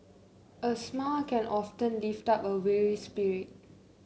a smile can often lift up a weary spirit